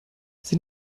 sie